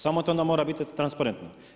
Samo to onda mora biti transparentno.